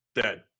dead